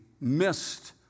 missed